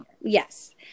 Yes